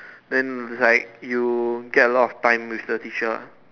then it like you get a lot of time with the teacher